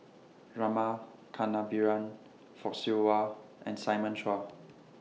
Rama Kannabiran Fock Siew Wah and Simon Chua